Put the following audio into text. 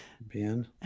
Ben